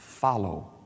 Follow